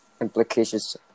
Implications